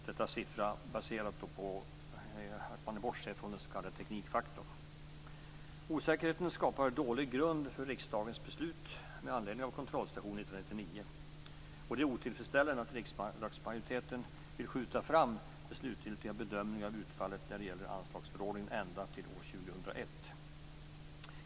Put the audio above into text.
Denna siffra är baserad på att man bortser från den s.k. teknikfaktorn. Osäkerheten skapar dålig grund för riksdagens beslut med anledning av kontrollstationen 1999. Det är otillfredsställande att riksdagsmajoriteten vill skjuta fram den slutliga bedömningen av utfallet när det gäller anslagsförordningen ända till år 2001.